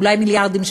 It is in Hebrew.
ואולי מיליארדים,